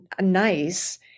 nice